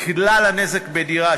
כלל הנזק בדירה,